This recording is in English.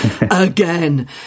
again